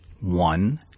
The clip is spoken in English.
one